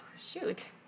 Shoot